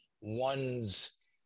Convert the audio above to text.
one's